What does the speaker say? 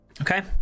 Okay